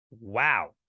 Wow